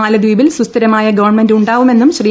മാലദീപിൽ സുസ്ഥിരമായ ഗവൺമെന്റ് ഉ മാവുമെന്നും ശ്രീ